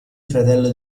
fratello